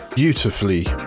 Beautifully